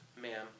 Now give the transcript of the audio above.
ma'am